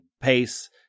pace